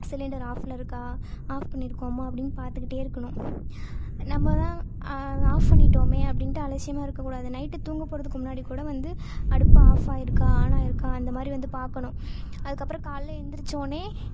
cylinder ஆஃபில் இருக்கா off பண்ணிருக்கோமா அப்படின்னு பார்த்துக்கிட்டே இருக்கணும் நம்ம தான் ஆஃப் பண்ணிட்டோம் அப்படின்ட்டு அலட்சியமாக இருக்கக்கூடாது நைட்டு தூங்கப்போகிறதுக்கு முன்னாடிக்கூட வந்து அடுப்பு ஆஃப் ஆயிருக்கா ஆன் ஆயிருக்கா அந்த மாதிரி வந்து பார்க்கணும் அதுக்கப்புறம் காலையில் எழுந்திரிச்சோன்னே